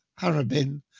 Harabin